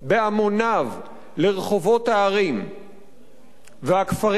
בהמוניו, לרחובות הערים והכפרים,